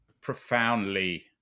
profoundly